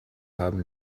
haben